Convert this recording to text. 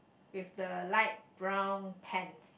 with the light brown pants